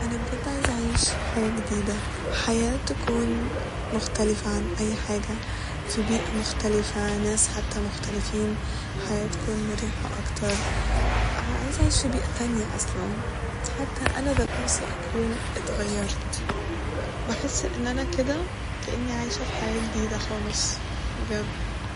أنا بجد عايزه أعيش حياة جديدة حياة تكون مختلفة عن أي حاجة ف بيئة مختلفة ، ناس حتى مختلفين ، حياة تكون مريحة أكتر عايزه أعيش ف بيئة تانية اصلا ، حتى أنا ذات نفسي أكون اتغيرت بحس إن أنا كده كإني عايشة ف حياة جديدة خالص بجد